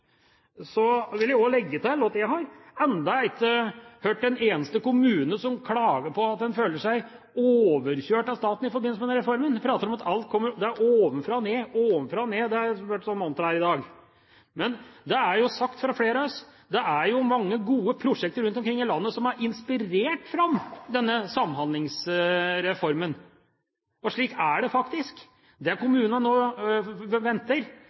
Så vil jeg også legge til at jeg ennå ikke har hørt en eneste kommune som klager på at en føler seg overkjørt av staten i forbindelse med denne reformen. En prater om at det er ovenfra og ned, ovenfra og ned. Det har blitt et mantra i dag. Men det er jo sagt fra flere av oss at det er mange gode prosjekter rundt omkring i landet som har inspirert fram denne Samhandlingsreformen, og slik er det faktisk. Det kommunene nå venter